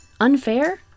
Unfair